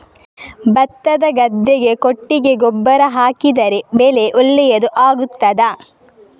ಭತ್ತದ ಗದ್ದೆಗೆ ಕೊಟ್ಟಿಗೆ ಗೊಬ್ಬರ ಹಾಕಿದರೆ ಬೆಳೆ ಒಳ್ಳೆಯದು ಆಗುತ್ತದಾ?